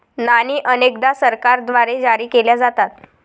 नाणी अनेकदा सरकारद्वारे जारी केल्या जातात